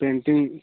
painting